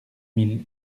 mille